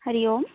हरिः ओम्